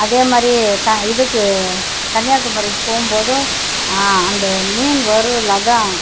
அதேமாதிரி இதுக்கு கன்னியாகுமரிக்கு போகும்போதும் அந்த மீன் வருவல் அதான்